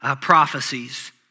prophecies